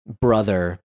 brother